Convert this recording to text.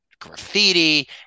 graffiti